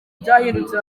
byahindutse